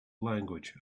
language